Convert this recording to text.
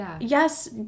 yes